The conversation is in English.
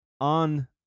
on